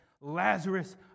Lazarus